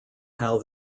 how